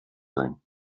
sein